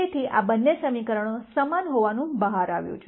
તેથી આ બંને સમીકરણો સમાન હોવાનું બહાર આવ્યું છે